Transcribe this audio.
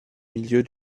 milieu